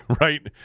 right